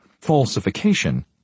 falsification